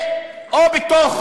או בתוך